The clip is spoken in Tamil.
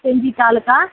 செஞ்சி தாலுக்கா